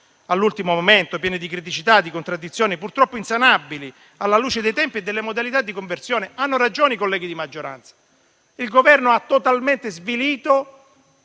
all'ultimo momento, pieni di criticità e contraddizioni purtroppo insanabili, alla luce dei tempi e delle modalità di conversione. Hanno ragione i colleghi di maggioranza: il Governo ha totalmente svilito